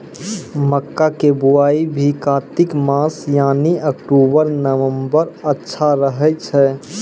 मक्का के बुआई भी कातिक मास यानी अक्टूबर नवंबर तक अच्छा रहय छै